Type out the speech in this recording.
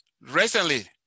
Recently